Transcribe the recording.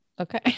Okay